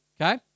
Okay